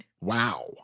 Wow